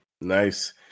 Nice